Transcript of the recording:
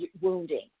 wounding